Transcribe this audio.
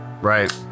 Right